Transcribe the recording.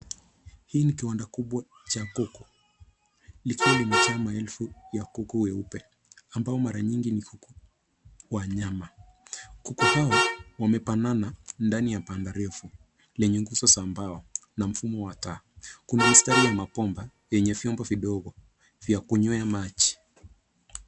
Hii ni kawanda kubwa cha kuku llikiwa limejaa maelfu ya kuku weupe ambao mara nyingi ni kuku wa nyama. Kuku hawa wamepandana ndani ya anda refu lenye nguzo za mbao na mfumo wa taa. Kuna mistari yamabomba yenye vyombo vidogo vya kunywea maji.